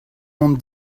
mont